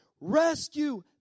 Rescue